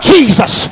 Jesus